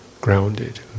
grounded